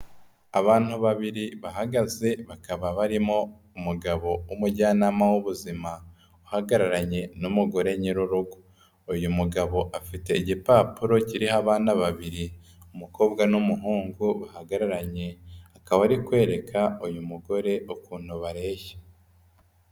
Abantu babiri bahagaze bakaba barimo umugabo w'umujyanama w'ubuzima uhagararanye n'umugore nyiri urugo, uyu mugabo afite igipapuro kiriho abana babiri umukobwa n'umuhungu bahagararanye, akaba ari kwereka uyu mugore ukuntu bareshya.